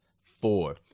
Four